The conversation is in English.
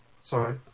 Sorry